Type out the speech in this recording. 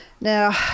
Now